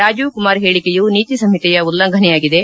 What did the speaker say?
ರಾಜೀವ್ ಕುಮಾರ್ ಪೇಳಿಕೆಯು ನೀತಿ ಸಂಹಿತೆಯ ಉಲ್ಲಂಘನೆಯಾಗಿದೆ